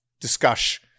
discuss